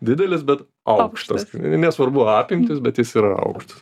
didelis bet aukštas nesvarbu apimtis bet jis yra aukštas